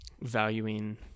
valuing